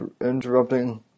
interrupting